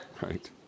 Right